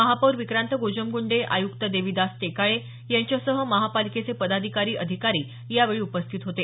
महापौर विक्रांत गोजमगुंडे आयुक्त देविदास टेकाळे यांच्यासह महापालिकेचे पदाधिकारी अधिकारी यावेळी उपस्थित होते